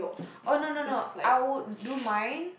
oh no no no I would do my